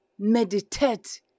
Meditate